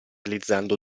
realizzando